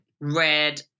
red